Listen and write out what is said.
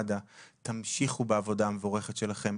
תמשיכו בעבודה המבורכת שלכם.